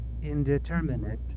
indeterminate